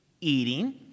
eating